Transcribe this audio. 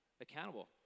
accountable